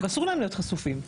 ואסור להם להיות חשופים,